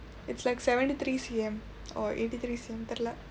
it's like seventy three C_M or eighty three C_M தெரியில்ல:theriyilla